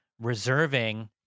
reserving